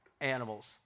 animals